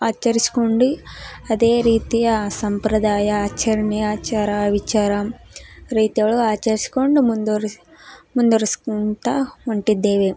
ಆಚರಿಸ್ಕೊಂಡು ಅದೇ ರೀತಿ ಆ ಸಂಪ್ರದಾಯ ಆಚರಣೆ ಆಚಾರ ವಿಚಾರ ರೀತಿಯೊಳು ಆಚರಿಸ್ಕೊಂಡು ಮುಂದುವರ್ಸಿ ಮುಂದ್ವರಿಸ್ಕೊಳ್ತಾ ಹೊರ್ಟಿದ್ದೇವೆ